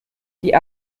die